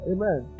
Amen